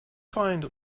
find